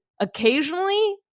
occasionally